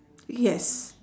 yes